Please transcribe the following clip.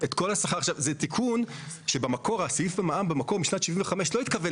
זה תיקון שחוק המע"מ המקורי לא חשב עליו.